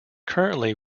currently